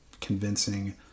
convincing